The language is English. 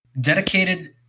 dedicated